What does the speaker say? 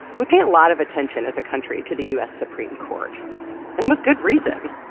we pay a lot of attention as a country to the u s. supreme court and with good reason.